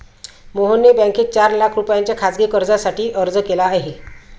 मोहनने बँकेत चार लाख रुपयांच्या खासगी कर्जासाठी अर्ज केला आहे